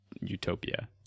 utopia